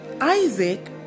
Isaac